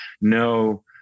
no